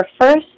first